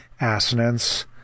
assonance